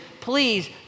please